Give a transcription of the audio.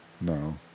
No